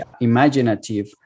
imaginative